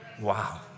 Wow